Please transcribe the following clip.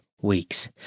weeks